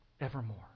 evermore